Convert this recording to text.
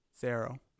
zero